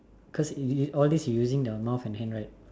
cause all this you using the mouth and hand right